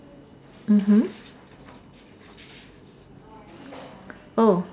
mmhmm oh